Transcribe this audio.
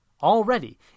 Already